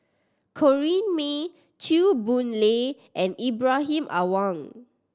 Corrinne May Chew Boon Lay and Ibrahim Awang